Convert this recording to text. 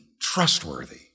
trustworthy